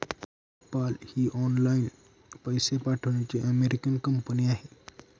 PayPal ही online पैसे पाठवण्याची अमेरिकन कंपनी आहे